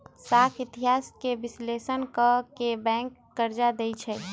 साख इतिहास के विश्लेषण क के बैंक कर्जा देँई छै